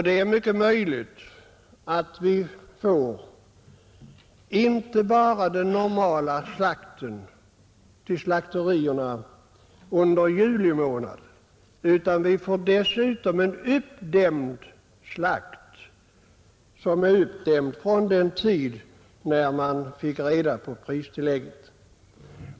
Det är mycket möjligt att vi under juli månad inte bara får den normala slakten till slakterierna utan dessutom en slakt som är uppdämd från den tidpunkt då man fick reda på pristillägget.